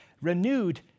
renewed